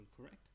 correct